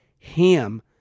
HAM